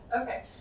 okay